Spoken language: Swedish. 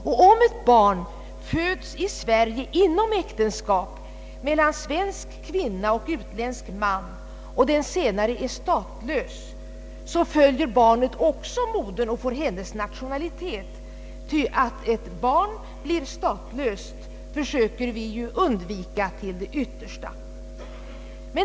Om vidare ett barn föds i Sverige inom äktenskap mellan svensk kvinna och utländsk man och den senare är statslös, följer barnet också modern och får hennes nationalitet. Man försöker nämligen undvika till det yttersta att ett barn blir statslöst.